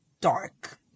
dark